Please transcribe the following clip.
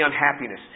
unhappiness